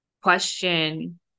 question